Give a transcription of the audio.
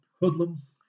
Hoodlums